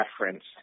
reference